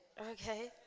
Okay